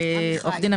אני עורך דין,